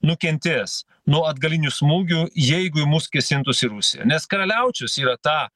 nukentės nuo atgalinių smūgių jeigu į mus kėsintųsi rusija nes karaliaučius yra ta